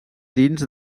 dins